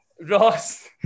Ross